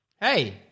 Hey